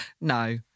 No